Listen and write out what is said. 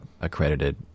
accredited